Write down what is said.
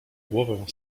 głowę